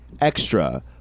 extra